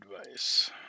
advice